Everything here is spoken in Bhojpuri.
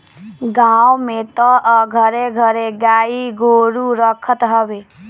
गांव में तअ घरे घरे गाई गोरु रखत हवे